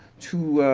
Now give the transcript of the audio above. to